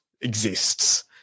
exists